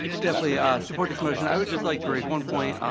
definitely support this motion. i would just like to raise one point.